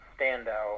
standout